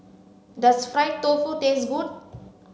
does fried tofu taste good